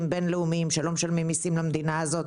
בין-לאומיים שלא משלמים מיסים למדינה הזאת,